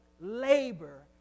labor